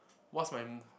what's my